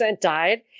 died